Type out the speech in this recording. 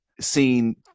seen